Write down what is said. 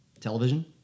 television